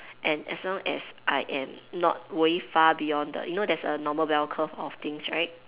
and as long as I am not way far beyond the you know there's a normal bell curve of things right